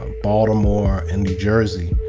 ah baltimore, and new jersey.